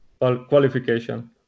qualification